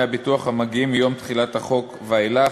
הביטוח המגיעים מיום תחילת החוק ואילך,